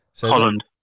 Holland